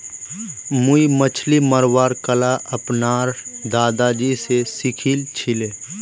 मुई मछली मरवार कला अपनार दादाजी स सीखिल छिले